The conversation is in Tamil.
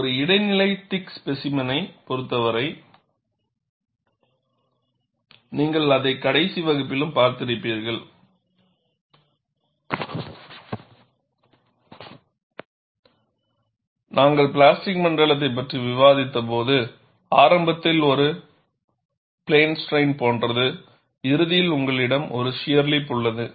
ஒரு இடைநிலை திக் ஸ்பேசிமென்யைப் பொறுத்தவரை நீங்கள் அதை கடைசி வகுப்பிலும் பார்த்திருப்பீர்கள் நாங்கள் பிளாஸ்டிக் மண்டலத்தைப் பற்றி விவாதித்தபோது ஆரம்பத்தில் இது ஒரு பிளேன் ஸ்ட்ரைன் போன்றது இறுதியில் உங்களிடம் ஒரு ஷியர் லிப் உள்ளது